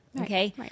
Okay